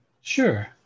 Sure